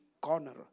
corner